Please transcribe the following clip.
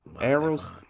Arrows